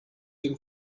dem